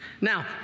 Now